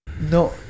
No